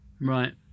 right